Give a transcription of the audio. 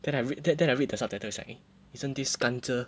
then I read that that then I read the subtitle is like eh isn't this 甘蔗